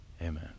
Amen